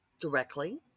directly